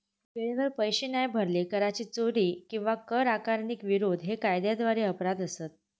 वेळेवर पैशे नाय भरले, कराची चोरी किंवा कर आकारणीक विरोध हे कायद्याद्वारे अपराध असत